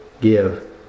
give